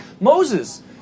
Moses